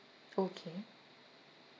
okay